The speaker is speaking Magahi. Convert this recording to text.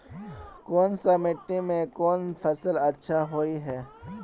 कोन सा मिट्टी में कोन फसल अच्छा होय है?